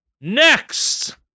next